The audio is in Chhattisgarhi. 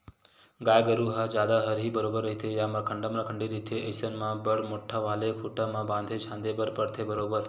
गाय गरु ह जादा हरही बरोबर रहिथे या मरखंडा मरखंडी रहिथे अइसन म बड़ मोट्ठा वाले खूटा म बांधे झांदे बर परथे बरोबर